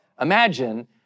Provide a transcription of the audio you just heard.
imagine